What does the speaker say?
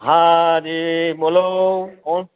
હા જી બોલો કોણ